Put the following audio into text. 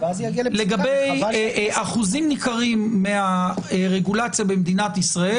לגבי אחוזים ניכרים מן הרגולציה במדינת ישראל